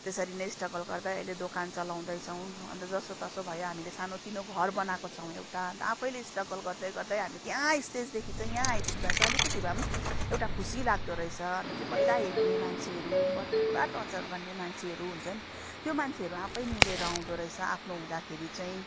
त्यसरी नै स्ट्रगल गर्दै अहिले दोकान चलाउँदैछौँ अन्त जसो तसो भयो हामीले सानो तिनो घर बनाएको छौँ एउटा अन्त आफैँले स्ट्रगल गर्दै गर्दै हामी त्यहाँ स्टेजदेखि चाहिँ यहाँ आइपुग्दा अलिकति भए पनि एउटा खुसी लाग्दो रहेछ अन्त त्यो पहिला हेप्ने मान्छेहरू ब पुरा टचर गर्ने मान्छेहरू हुन्छ नि त्यो मान्छेहरू आफै निहुरेर आउँदो रहेछ आफ्नो हुँदाखेरि चाहिँ